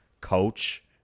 coach